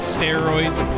Steroids